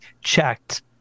checked